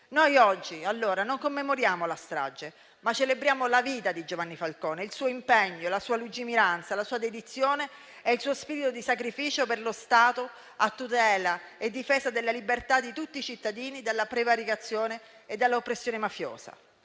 Noi oggi allora non commemoriamo la strage, ma celebriamo la vita di Giovanni Falcone, il suo impegno, la sua lungimiranza, la sua dedizione e il suo spirito di sacrificio per lo Stato, a tutela e difesa della libertà di tutti i cittadini dalla prevaricazione e dall'oppressione mafiosa.